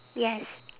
yes